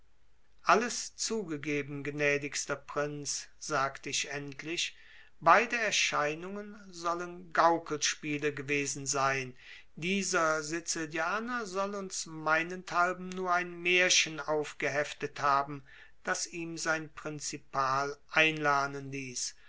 alles zugegeben gnädigster prinz sagte ich endlich beide erscheinungen sollen gaukelspiele gewesen sein dieser sizilianer soll uns meinethalben nur ein märchen aufgeheftet haben das ihm sein prinzipal einlernen ließ